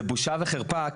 זו בושה וחרפה.